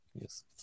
Yes